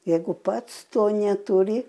jeigu pats to neturi